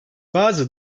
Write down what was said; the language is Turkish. bazı